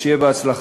אז שיהיה בהצלחה.